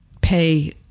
pay